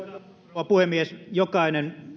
rouva puhemies jokainen